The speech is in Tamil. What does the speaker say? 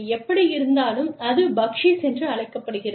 எப்படியிருந்தாலும் அது பக்க்ஷீஷ் என்று அழைக்கப்படுகிறது